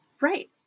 Right